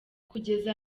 kugeza